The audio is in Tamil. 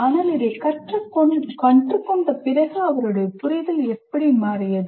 ஆனால் இதைக் கற்றுக்கொண்ட பிறகு அவருடைய புரிதல் எப்படி மாறியது